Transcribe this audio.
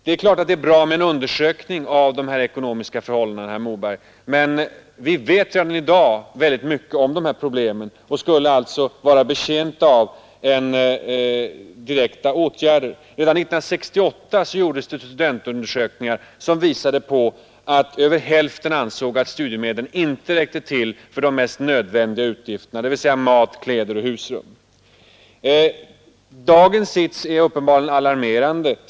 Det är klart att det är bra med en undersökning av dessa ekonomiska förhållanden, herr Moberg, men vi vet redan i dag mycket om dessa problem och skulle alltså vara betjänta av direkta åtgärder. Redan 1968 gjordes studentundersökningar som visade, att över hälften ansåg att studiemedlen inte räckte till för de mest nödvändiga utgifterna, dvs. mat, kläder och husrum. Dagens sits är uppenbarligen alarmerande.